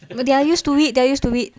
they are use it they are use to it